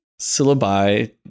syllabi